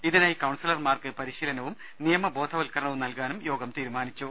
ഇതിനായി കൌൺസലർമാക്ക് പരിശീലനവും നിയമബോധവൽക്കരണവും നൽകാനും യോഗം തീരുമാനിച്ചു